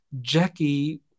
Jackie